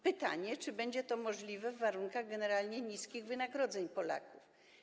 Pytanie, czy będzie to możliwe w warunkach generalnie niskich wynagrodzeń Polaków.